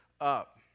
up